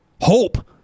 Hope